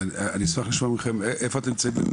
אני אשמח לשמוע מכם איפה אתם נמצאים?